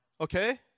okay